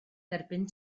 derbyn